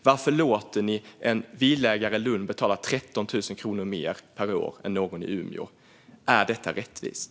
Varför låter ni en villaägare i Lund betala 13 000 kronor mer per år än en villaägare i Umeå? Är detta rättvist?